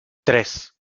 tres